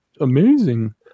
amazing